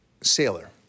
sailor